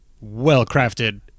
well-crafted